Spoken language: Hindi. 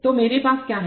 तो मेरे पास क्या है